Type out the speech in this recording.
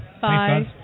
Bye